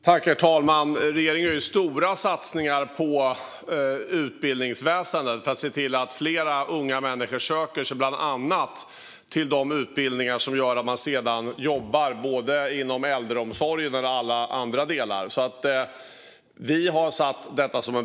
Herr talman! Regeringen gör stora satsningar på utbildningsväsendet för att se till att fler unga människor söker sig till bland annat de utbildningar som ger jobb inom äldreomsorg med mera. Vi prioriterar detta.